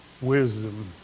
wisdom